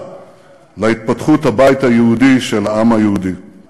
ראש ממשלת בריטניה, הוד מעלתו דייוויד